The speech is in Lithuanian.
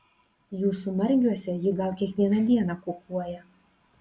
jūsų margiuose ji gal kiekvieną dieną kukuoja